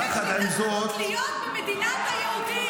יחד עם זאת --- יש לי את הזכות להיות במדינת היהודים.